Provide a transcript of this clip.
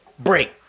break